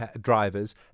drivers